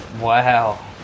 Wow